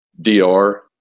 DR